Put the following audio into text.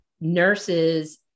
nurses